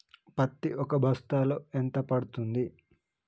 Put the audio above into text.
పత్తి ఒక బస్తాలో ఎంత పడ్తుంది?